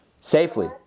Safely